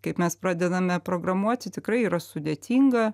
kaip mes pradedame programuoti tikrai yra sudėtinga